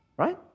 right